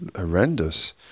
horrendous